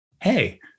hey